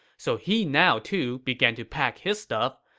so he now too began to pack his stuff,